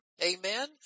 Amen